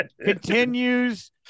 continues